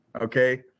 Okay